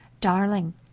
Darling